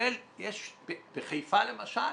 בחיפה למשל